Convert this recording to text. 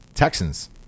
Texans